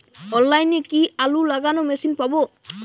অনলাইনে কি আলু লাগানো মেশিন পাব?